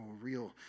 real